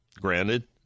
Granted